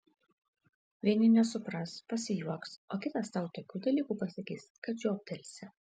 vieni nesupras pasijuoks o kitas tau tokių dalykų pasakys kad žioptelsi